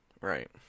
right